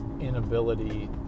inability